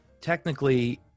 technically